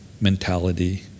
mentality